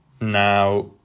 Now